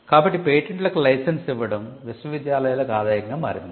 కాబట్టి పేటెంట్లకు లైసెన్స్ ఇవ్వడం విశ్వవిద్యాలయాలకు ఆదాయంగా మారింది